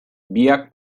biek